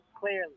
clearly